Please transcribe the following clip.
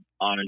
on